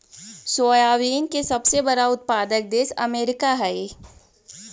soybean के सबसे बड़ा उत्पादक देश अमेरिका हइ